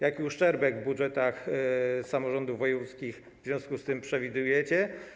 Jaki uszczerbek w budżetach samorządów wojewódzkich w związku z tym przewidujecie?